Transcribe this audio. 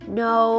no